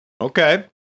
Okay